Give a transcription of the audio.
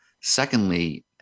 Secondly